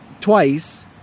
twice